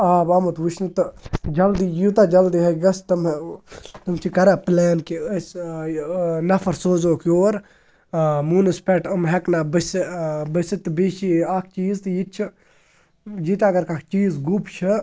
آب آمُت وٕچھنہٕ تہٕ جلدی یوٗتاہ جلدی ہے گژھِ تِم تِم چھِ کَران پٕلین کہِ أسۍ نفر سوزوکھ یور موٗنَس پٮ۪ٹھ یِم ہٮ۪کنا بٔسہِ بٔسِتھ تہٕ بیٚیہِ چھِ اَکھ چیٖز تہٕ یہِ تہِ چھِ ییٚتہِ اَگر کانٛہہ چیٖز گوٚب چھِ